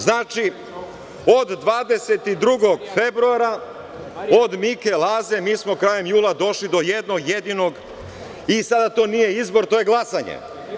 Znači, od 22. februara od Mike i Laze, mi smo krajem jula došli do jednog jedinog i to sada nije izbor, to je glasanje.